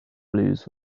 blues